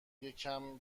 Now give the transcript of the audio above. یکم